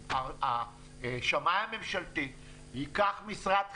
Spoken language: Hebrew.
השמאי הממשלתי ייקח משרד חיצוני,